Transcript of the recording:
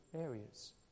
areas